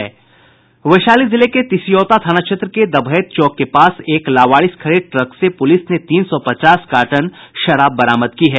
वैशाली जिले के तिसियौता थाना क्षेत्र के दभैत चौक के पास एक लावारिस खड़े ट्रक से पुलिस ने तीन सौ पचास कार्टन शराब बरामद की है